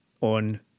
on